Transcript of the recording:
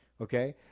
Okay